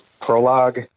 prologue